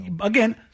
Again